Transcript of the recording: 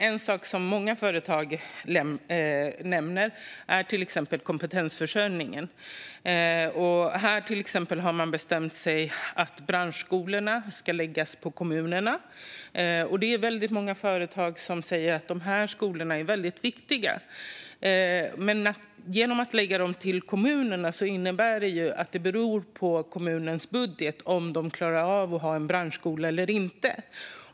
En sak som många företag nämner är till exempel kompetensförsörjningen. Här har man bestämt sig för att branschskolorna ska läggas på kommunerna. Det är många företag som säger att skolorna är viktiga. Genom att lägga dem på kommunerna beror det på kommunens budget om det finns en branschskola eller inte.